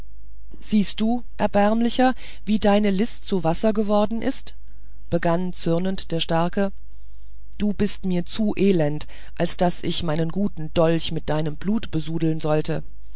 siehst du erbärmlicher wie deine list zu wasser geworden ist begann zürnend der starke du bist mir zu elend als daß ich meinen guten dolch mit deinem blut besudeln sollte